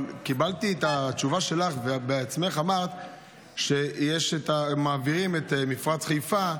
קיבלתי את התשובה שלך ואת בעצמך אמרת שמעבירים את מפרץ חיפה,